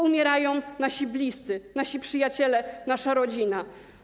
Umierają nasi bliscy, nasi przyjaciele, nasze rodziny.